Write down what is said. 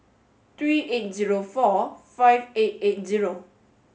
three eight zero four five eight eight zero